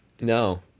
no